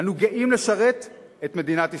אנו גאים לשרת את מדינת ישראל.